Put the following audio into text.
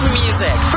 music